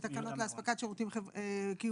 אלו תקנות לאספקת שירותים קיומיים